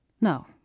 No